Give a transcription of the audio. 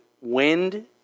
wind